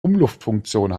umluftfunktion